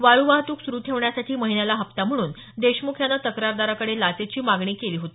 वाळू वाहतूक सुरु ठेवण्यासाठी महिन्याला हप्ता म्हणून देशमुख यानं तक्रारदाराकडे लाचेची मागणी केली होती